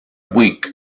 week